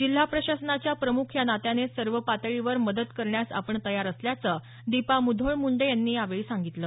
जिल्हा प्रशासनाच्या प्रमुख या नात्याने सर्व पातळीवर मदत करण्यास आपण तयार असल्याचं दीपा मुधोळ मुंडे यांनी यावेळी सांगितलं